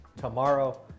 tomorrow